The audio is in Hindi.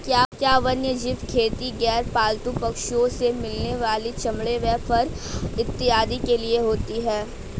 क्या वन्यजीव खेती गैर पालतू पशुओं से मिलने वाले चमड़े व फर इत्यादि के लिए होती हैं?